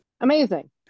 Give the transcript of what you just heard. Amazing